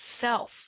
self